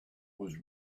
was